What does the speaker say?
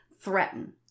threaten